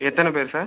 எத்தனை பேர் சார்